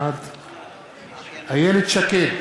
בעד איילת שקד,